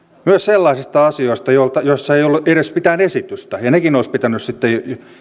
myös sellaisista asioista joista ei ole edes mitään esitystä ja nekin olisi pitänyt sitten